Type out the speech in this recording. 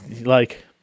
like-